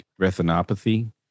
retinopathy